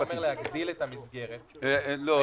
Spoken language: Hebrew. העיקרון שאומר להגדיל את המסגרת- -- לא.